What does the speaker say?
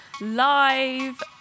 live